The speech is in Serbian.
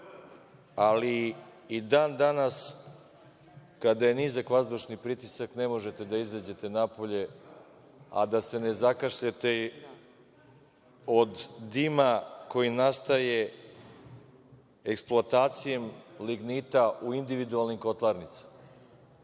Ali, i dan danas kada je nizak vazdušni pritisak ne možete da izađete napolje, a da se ne zakašljete od dima koji nastaje eksploatacijom lignita u individualnim kotlarnicama,